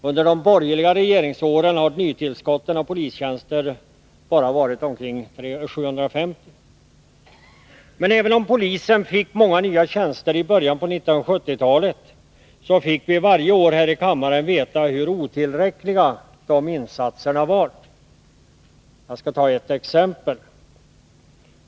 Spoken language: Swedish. Under de borgerliga regeringsåren har nytillskottet av polistjänster bara varit ca 750. Men även om polisen fick många nya tjänster i början av 1970-talet fick vi varje år här i kammaren veta hur otillräckliga de insatserna var. Jag skall ta ett exempel.